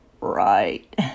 Right